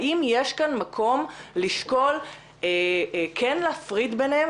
האם יש כאן מקום לשקול כן להפריד ביניהם